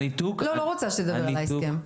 אני לא רוצה שתדבר על ההסכם,